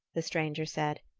the stranger said,